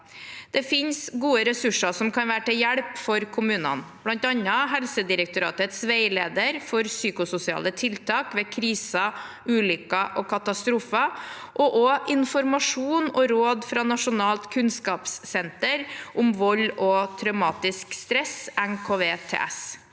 Det finnes gode ressurser som kan være til hjelp for kommunene, bl.a. Helsedirektoratets veileder for psykososiale tiltak ved kriser, ulykker og katastrofer og informasjon og råd fra Nasjonalt kunnskapssenter om vold og traumatisk stress, NKVTS.